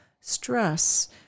stress